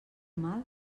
mal